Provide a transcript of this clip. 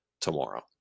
tomorrow